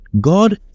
God